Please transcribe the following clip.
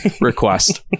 request